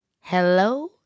hello